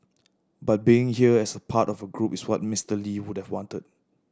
but being here as part of a group is what Mister Lee would've wanted